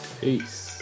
peace